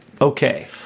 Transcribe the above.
okay